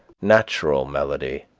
natural melody,